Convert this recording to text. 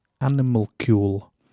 animalcule